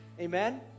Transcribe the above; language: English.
Amen